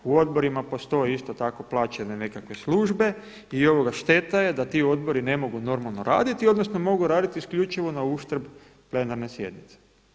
U odborima postoji isto tako plaćene nekakve službe i šteta je da ti odbori ne mogu normalno raditi odnosno mogu raditi isključivo na uštrb plenarne sjednice.